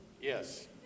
Yes